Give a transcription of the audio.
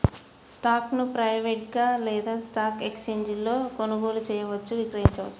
స్టాక్ను ప్రైవేట్గా లేదా స్టాక్ ఎక్స్ఛేంజీలలో కొనుగోలు చేయవచ్చు, విక్రయించవచ్చు